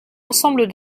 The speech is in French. ensemble